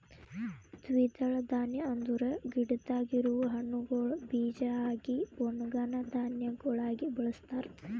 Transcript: ದ್ವಿದಳ ಧಾನ್ಯ ಅಂದುರ್ ಗಿಡದಾಗ್ ಇರವು ಹಣ್ಣುಗೊಳ್ ಬೀಜ ಆಗಿ ಒಣುಗನಾ ಧಾನ್ಯಗೊಳಾಗಿ ಬಳಸ್ತಾರ್